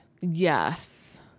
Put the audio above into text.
Yes